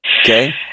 Okay